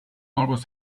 always